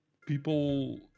people